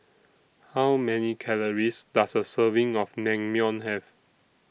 How Many Calories Does A Serving of Naengmyeon Have